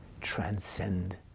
transcend